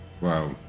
Wow